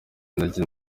neza